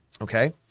Okay